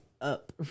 up